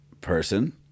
person